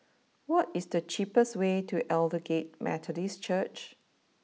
what is the cheapest way to Aldersgate Methodist Church